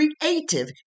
creative